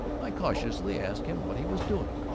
i cautiously asked him what he was doing.